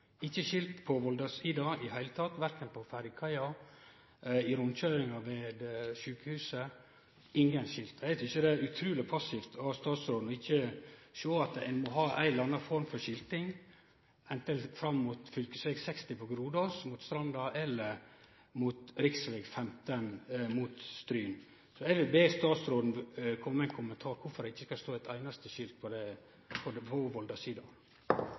ikkje skilt på Volda-sida i det heile, verken på ferjekaia, i rundkøyringa ved sjukehuset, ingen skilt. Eg tykkjer det er utruleg passivt av statsråden ikkje å sjå at ein må ha ei eller annan form for skilting, anten fram mot fv. 60 på Grodås, mot Stranda eller mot rv. 15 mot Stryn. Eg vil be statsråden komme med ein kommentar om kvifor det ikkje kan stå eit einaste skilt på Volda-sida. Som sagt er det